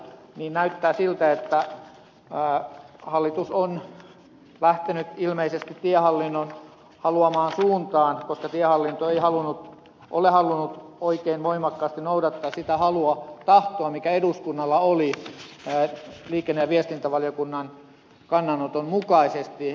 nyt näyttää siltä että hallitus on lähtenyt ilmeisesti tiehallinnon haluamaan suuntaan koska tiehallinto ei ole halunnut oikein voimakkaasti noudattaa sitä tahtoa mikä eduskunnalla oli liikenne ja viestintävaliokunnan kannanoton mukaisesti